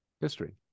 history